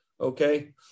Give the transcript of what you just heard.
okay